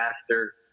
faster